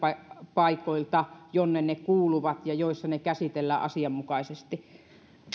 paikoilta jonne ne kuuluvat ja joissa ne käsitellään asianmukaisesti